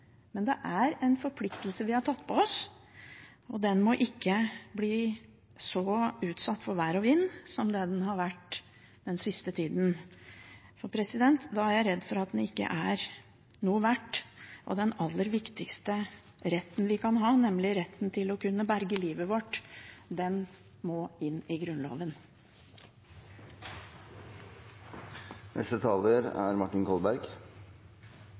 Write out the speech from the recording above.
men det er en forpliktelse vi har tatt på oss, og den må ikke bli så utsatt for vær og vind som det den har vært den siste tida. Da er jeg redd for at den ikke er noe verdt. Den aller viktigste retten vi kan ha, nemlig retten til å kunne berge livet vårt, må inn i Grunnloven.